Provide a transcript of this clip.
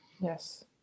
Yes